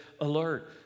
alert